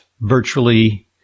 virtually